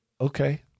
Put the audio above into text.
okay